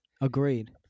Agreed